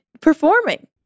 performing